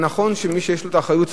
נכון שמי שיש לו האחריות,